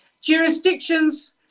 jurisdictions